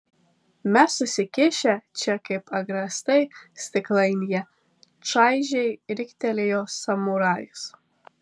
mes susikišę čia kaip agrastai stiklainyje čaižiai riktelėjo samurajus